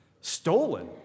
stolen